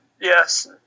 Yes